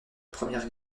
première